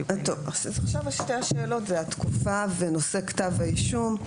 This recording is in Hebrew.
עכשיו שתי השאלות זה התקופה ונושא כתב האישום,